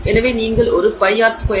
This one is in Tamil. எனவே நீங்கள் ஒரு πr2